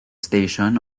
station